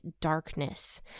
darkness